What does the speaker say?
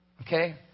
Okay